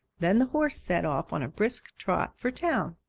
then the horse set off on a brisk trot for town.